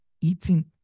eating